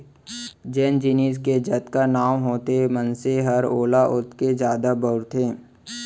जेन जिनिस के जतका नांव होथे मनसे हर ओला ओतके जादा बउरथे